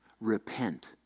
repent